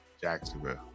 Jacksonville